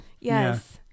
Yes